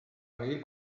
medir